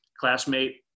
classmate